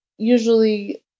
usually